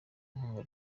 inkunga